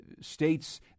states